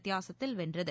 வித்தியாசத்தில் வென்றது